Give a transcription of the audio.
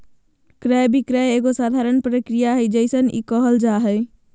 क्रय विक्रय एगो साधारण प्रक्रिया जइसन ही क़इल जा हइ